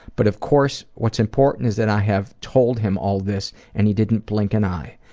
but of course what's important is that i have told him all this and he didn't blink an eye.